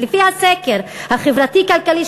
לפי הסקר החברתי-כלכלי,